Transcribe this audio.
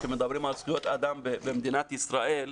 כשמדברים על זכויות אדם במדינת ישראל,